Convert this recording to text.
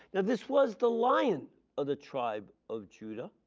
and this was the lion of the tribe of judah